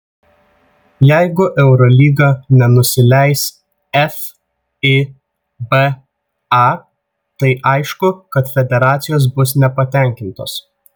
jeigu eurolyga nenusileis fiba tai aišku kad federacijos bus nepatenkintos